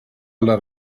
alla